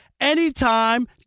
anytime